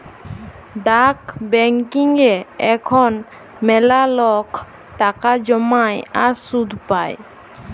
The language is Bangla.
ডাক ব্যাংকিংয়ে এখল ম্যালা লক টাকা জ্যমায় আর সুদ পায়